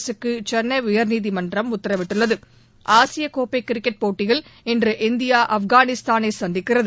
அரசுக்கு சென்னை உயர்நீதிமன்றம் உத்தரவிட்டுள்ளது ஆசிய கோப்பை கிரிக்கெட் போட்டியில் இன்று இந்தியா ஆப்கானிஸ்தானை சந்திக்கிறது